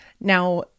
Now